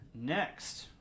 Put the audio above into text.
Next